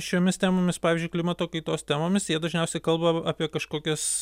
šiomis temomis pavyzdžiui klimato kaitos temomis jie dažniausiai kalba apie kažkokias